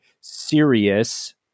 serious